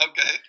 okay